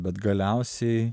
bet galiausiai